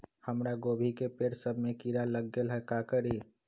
हमरा गोभी के पेड़ सब में किरा लग गेल का करी?